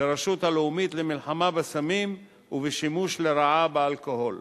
ל"רשות הלאומית למלחמה בסמים ובשימוש לרעה באלכוהול".